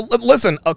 listen